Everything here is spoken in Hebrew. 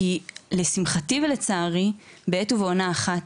כי לשמחתי ולצערי בעת ובעונה אחת,